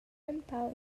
empau